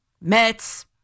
Mets